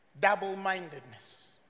Double-mindedness